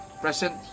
present